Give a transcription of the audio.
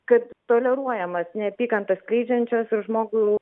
kad toleruojamas neapykantą skleidžiančios žmogų